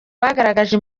bagaragaje